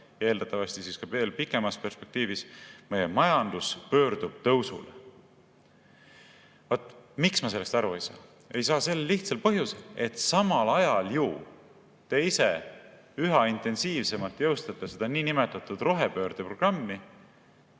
eeldatavasti veel pikemas perspektiivis pöördub meie majandus tõusule. Miks ma sellest aru ei saa? Ei saa sel lihtsal põhjusel, et samal ajal te ju ise üha intensiivsemalt jõustate seda niinimetatud rohepöördeprogrammi,